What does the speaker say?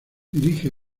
dirige